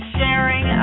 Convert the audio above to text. sharing